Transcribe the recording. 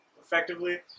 effectively